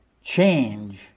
change